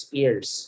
ears